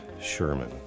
Sherman